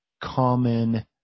common